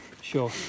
Sure